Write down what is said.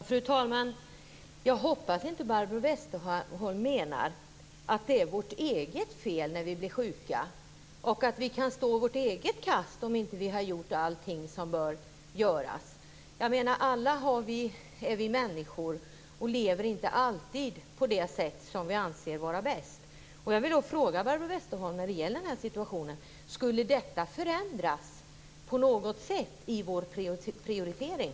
Fru talman! Jag hoppas att inte Barbro Westerholm menar att det är vårt eget fel när vi blir sjuka och att vi kan stå vårt eget kast om vi inte har gjort allt som bör göras. Alla är vi människor och lever inte alltid på det sätt som vi anser vara bäst. Jag vill fråga Barbro Westerholm: Skulle detta på något sätt förändra vår prioritering?